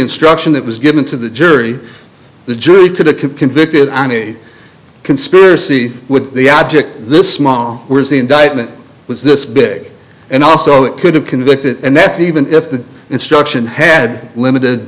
instruction that was given to the jury the jury could a convicted and a conspiracy with the object this small were the indictment was this big and also it could have convicted and that's even if the instruction had limited